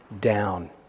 down